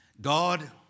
God